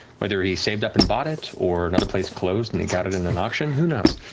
whether he saved up and bought it, or another place closed, and he got it in an auction, who knows?